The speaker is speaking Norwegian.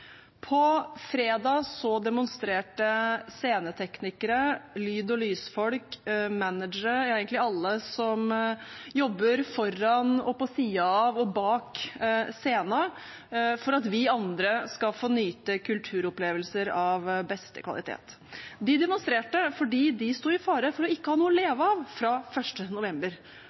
På fredag demonstrerte sceneteknikere, lyd- og lysfolk, managere, ja egentlig alle som jobber foran, på siden av og bak scenen, for at vi andre skal få nyte kulturopplevelser av beste kvalitet. De demonstrerte fordi de stod i fare for ikke å ha noe å leve av fra 1. november,